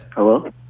Hello